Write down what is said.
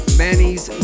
manny's